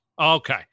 okay